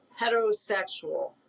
heterosexual